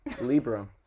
Libra